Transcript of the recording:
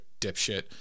dipshit